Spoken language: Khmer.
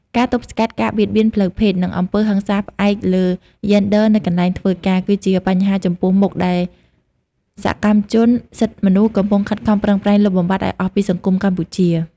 ការទប់ស្កាត់ការបៀតបៀនផ្លូវភេទ និងអំពើហិង្សាផ្អែកលើយេនឌ័រនៅកន្លែងធ្វើការ គឺជាបញ្ហាចំពោះមុខដែលសកម្មជនសិទ្ធិមនុស្សកំពុងខិតខំប្រឹងប្រែងលុបបំបាត់ឱ្យអស់ពីសង្គមកម្ពុជា។